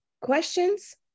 questions